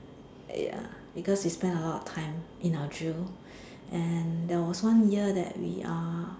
ya because we spend a lot of time in our drill and there was one year that we are